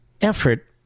effort